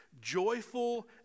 Joyful